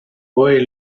boy